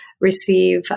receive